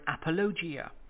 apologia